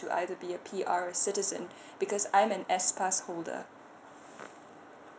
to be either be a P_R or citizen because I am an S pass holder